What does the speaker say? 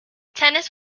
tennis